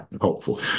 hopeful